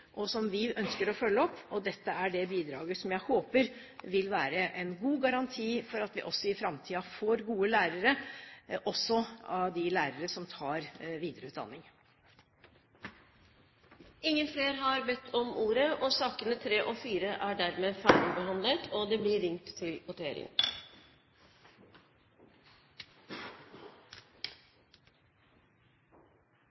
og som vi ønsker å følge opp, og dette er det bidraget som jeg håper vil være en god garanti for at vi også i framtiden får gode lærere, også lærere som tar videreutdanning. Flere har ikke bedt om ordet til sakene nr. 3 og 4. Stortinget går da til votering. Det